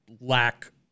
lack